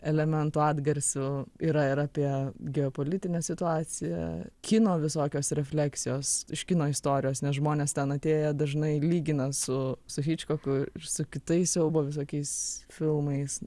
elementų atgarsių yra ir apie geopolitinę situaciją kino visokios refleksijos iš kino istorijos nes žmonės ten atėję dažnai lygina su su hičkoku ir su kitais siaubo visokiais filmais